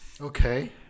Okay